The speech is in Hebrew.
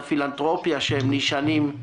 הפילנתרופיה שהם נשענים עליה,